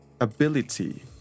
ability